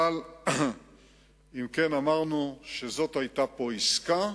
אם כן, אמרנו שהיתה פה עסקה,